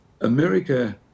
America